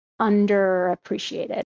underappreciated